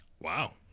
wow